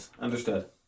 Understood